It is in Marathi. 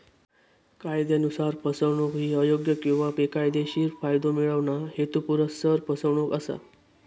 कायदयानुसार, फसवणूक ही अयोग्य किंवा बेकायदेशीर फायदो मिळवणा, हेतुपुरस्सर फसवणूक असा